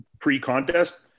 pre-contest